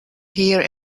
here